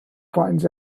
finds